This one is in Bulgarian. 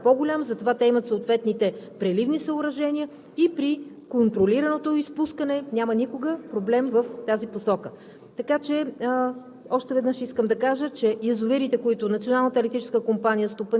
Така че, когато има такива валежи, разбира се, обемът на тези язовири става по-голям, затова те имат съответните преливни съоръжения и при контролираното изпускане никога няма проблем в тази посока.